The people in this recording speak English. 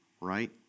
right